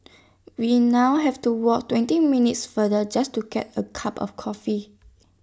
we now have to walk twenty minutes farther just to get A cup of coffee